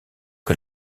que